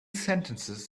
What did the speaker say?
sentences